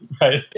right